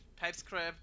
TypeScript